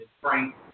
Frank